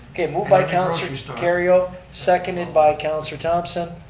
okay move by councilor kerrio, seconded by councilor thomson.